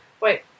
Wait